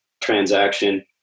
transaction